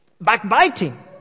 Backbiting